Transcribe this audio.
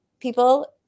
People